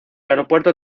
aeropuerto